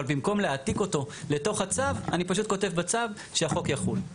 אבל במקום להעתיק אותו לתוך הצו אני פשוט כותב בצו שהחוק יחול.